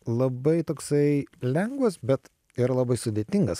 labai toksai lengvas bet ir labai sudėtingas